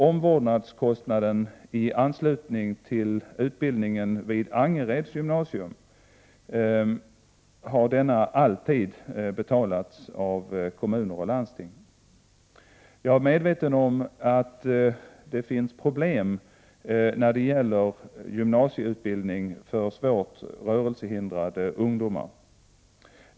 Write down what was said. Omvårdnadskostnaden i anslutning till utbildningen vid Angereds gymnasium har alltid betalats av kommuner och landsting. Jag är medveten om att det finns problem när det gäller gymnasieutbildning för svårt rörelsehindrade ungdomar.